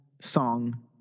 song